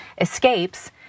escapes